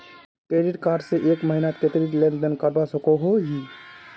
Credit card से एक महीनात कतेरी लेन देन करवा सकोहो ही?